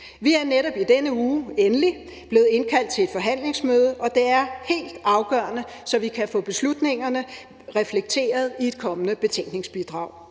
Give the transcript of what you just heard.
Vi er netop i denne uge endelig blevet indkaldt til et forhandlingsmøde, og det er helt afgørende, så vi kan få beslutningerne reflekteret i et kommende betænkningsbidrag.